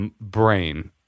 brain